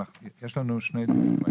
יש לנו היום שני דיונים.